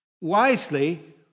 wisely